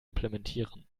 implementieren